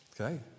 okay